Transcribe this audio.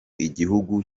igihugu